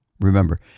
Remember